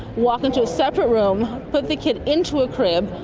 walk them to a separate room, put the kid into a crib,